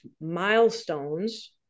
milestones